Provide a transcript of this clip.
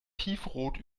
tiefrot